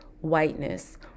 whiteness